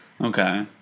Okay